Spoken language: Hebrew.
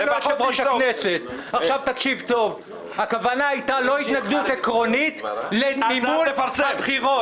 אף אחד לא דיבר על זה שלא צריך מימון לבחירות.